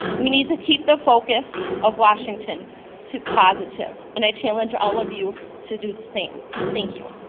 we need to keep the focus of washington to positive, and i challenge all of you to do the same. thank you.